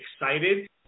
excited